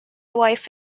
wife